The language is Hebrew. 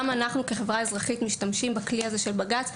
גם אנחנו כחברה אזרחית משתמשים בכלי הזה של בג״ץ,